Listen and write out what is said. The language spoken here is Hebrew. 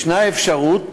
יש אפשרות